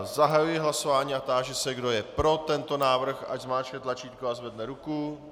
Zahajuji hlasování a táži se, kdo je pro tento návrh, ať zmáčkne tlačítko a zvedne ruku.